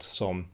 som